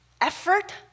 effort